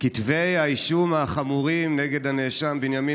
כתבי האישום החמורים נגד הנאשם בנימין